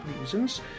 reasons